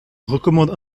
recommande